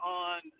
on